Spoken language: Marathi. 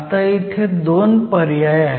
आता इथे 2 पर्याय आहेत